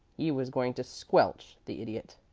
he was going to squelch the idiot.